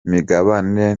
migabane